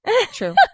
True